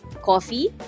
coffee